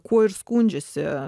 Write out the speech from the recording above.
kuo ir skundžiasi